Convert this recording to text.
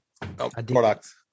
Products